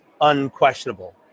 unquestionable